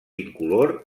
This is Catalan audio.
incolor